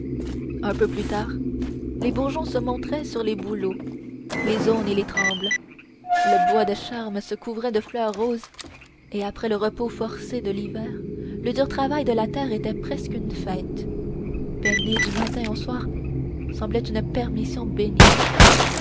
un peu plus tard les bourgeons se montraient sur les bouleaux les aunes et les trembles le bois de charme se couvrait de fleurs roses et après le repos forcé de l'hiver le dur travail de la terre était presque une fête peiner du matin au soir semblait une permission bénie